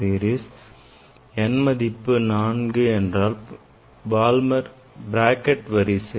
n மதிப்பு 4 எனில் bracket வரிசை